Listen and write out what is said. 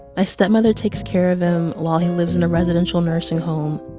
my stepmother takes care of him while he lives in a residential nursing home.